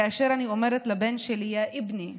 כאשר אני אומרת לבן שלי: יא אבני,